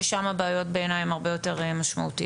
ששם הבעיות בעיניי הן הרבה יותר משמעותיות.